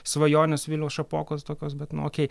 svajonės viliaus šapokos tokios bet nu okei